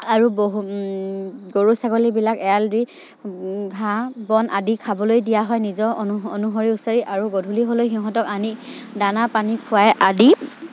আৰু বহু গৰু ছাগলীবিলাক এৰাল দি ঘাঁহ বন আদি খাবলৈ দিয়া হয় নিজৰ আৰু গধূলি হ'লেও সিহঁতক আনি দানা পানী খুৱাই আদি